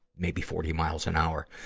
maybe forty miles an hour.